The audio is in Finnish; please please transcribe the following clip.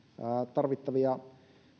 tarvittavia